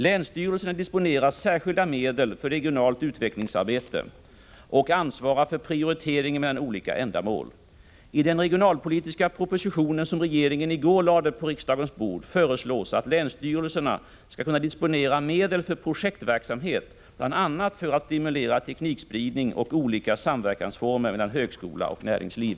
Länsstyrelserna disponerar särskilda medel för regionalt utvecklingsarbete och ansvarar för prioriteringen mellan olika ändamål. I den regionalpolitiska propositionen som regeringen i går lade på riksdagens bord föreslås att länsstyrelserna skall kunna disponera medel för projektverksamhet bl.a. för att stimulera teknikspridning och olika samverkansformer mellan högskola och näringsliv.